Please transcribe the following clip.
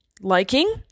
liking